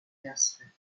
hersfeld